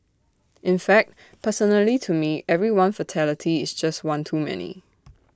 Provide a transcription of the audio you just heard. in fact personally to me every one fatality is just one too many